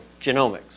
genomics